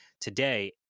today